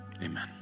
Amen